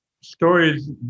stories